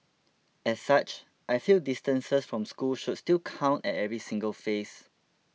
as such I feel distances from school should still count at every single phase